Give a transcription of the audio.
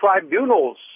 tribunals